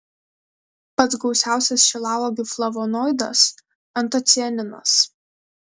pats gausiausias šilauogių flavonoidas antocianinas